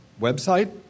website